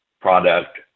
product